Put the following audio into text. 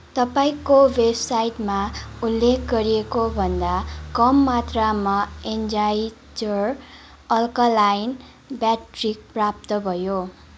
तपाईँको वेबसाइटमा उल्लेख गरिएको भन्दा कम मात्रामा एनर्जाइजर अल्कालाइन ब्याट्री प्राप्त भयो